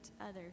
others